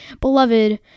beloved